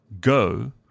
go